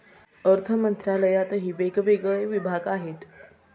अर्थमंत्रालयातही वेगवेगळे विभाग आहेत